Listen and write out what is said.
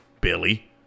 Billy